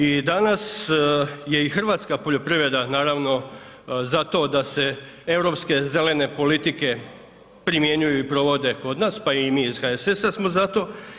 I danas je i hrvatska poljoprivreda naravno za to da se europske zelene politike primjenjuju i provode kod nas, pa i mi iz HSS-a smo za to.